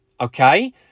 Okay